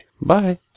Bye